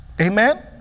Amen